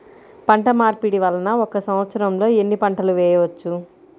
పంటమార్పిడి వలన ఒక్క సంవత్సరంలో ఎన్ని పంటలు వేయవచ్చు?